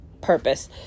purpose